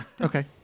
Okay